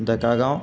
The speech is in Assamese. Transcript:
ডেকাৰগাঁও